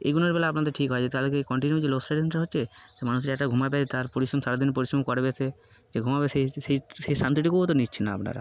এইগুলোর বেলা আপনাদের ঠিক আছে তাহলে কি কন্টিনিউয়াসলি লোডশেডিং টা হচ্ছে যে মানুষ একটা ঘুমাবে তার পরিশ্রম সারাদিন পরিশ্রম করবে সে যেুমাবে সেই সেই শান্তিুও দিচ্ছেন না আপনারা